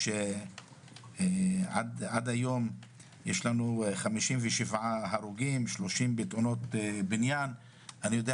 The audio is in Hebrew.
עד היום יש 57 הרוגים 30 בתאונות בניין אני יודע